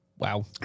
Wow